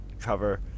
cover